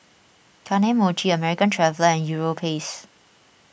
Kane Mochi American Traveller and Europace